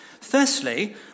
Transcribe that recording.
Firstly